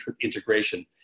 integration